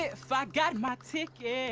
if i got my ticket